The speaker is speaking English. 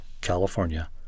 California